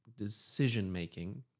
decision-making